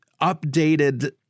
updated